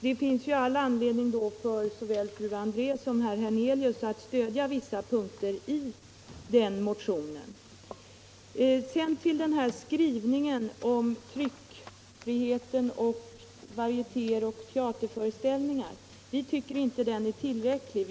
Det finns då all anledning för fru André och herr Hernelius att stödja vissa punkter i den motionen. | När det gäller tryckfriheten anser vi inte att skrivningen beträffande varitéer och teaterföreställningar är tillräcklig.